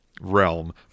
realm